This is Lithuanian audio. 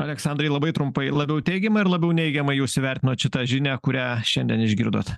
aleksandrai labai trumpai labiau teigiamai ar labiau neigiamai jūs įvertinot šitą žinią kurią šiandien išgirdot